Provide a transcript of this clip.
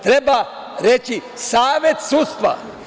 Treba reći – savet sudstva.